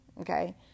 okay